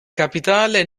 capitale